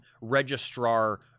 Registrar